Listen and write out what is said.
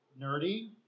nerdy